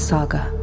Saga